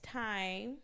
time